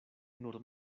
nur